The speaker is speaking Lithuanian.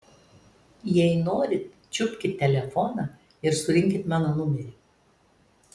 jei norit čiupkit telefoną ir surinkit mano numerį